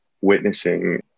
witnessing